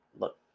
look